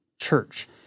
church